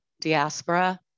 diaspora